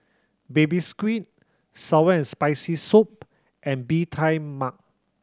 Baby Squid sour and Spicy Soup and Bee Tai Mak